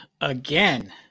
again